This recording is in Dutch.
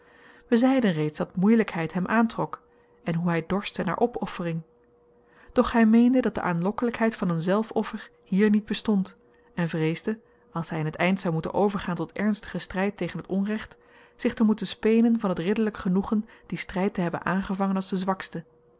we zeiden reeds dat moeielykheid hem aantrok en hoe hy dorstte naar opoffering doch hy meende dat de aanlokkelykheid van een zelfoffer hier niet bestond en vreesde als hy in t eind zou moeten overgaan tot ernstigen stryd tegen t onrecht zich te moeten spenen van t ridderlyk genoegen dien stryd te hebben aangevangen als de zwakste